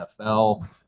NFL